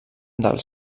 del